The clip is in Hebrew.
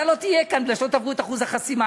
אתה לא תהיה כאן, בגלל שלא תעברו את אחוז החסימה.